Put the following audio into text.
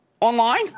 online